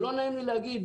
ולא נעים לי להגיד,